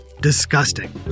disgusting